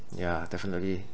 yeah definitely